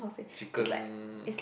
chicken